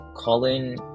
Colin